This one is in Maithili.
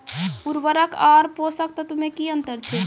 उर्वरक आर पोसक तत्व मे की अन्तर छै?